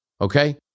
okay